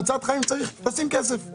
בהצלת חיים צריך לשים כסף,